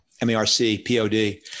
M-A-R-C-P-O-D